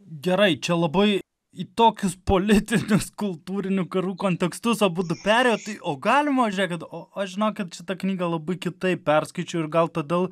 gerai čia labai į tokius politikus kultūrinių karų kontekstus abudu perėjot o galima žiūrėkit o aš žinokit šitą knygą labai kitaip perskaičiau ir gal todėl